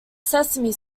sesame